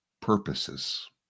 purposes